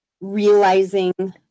realizing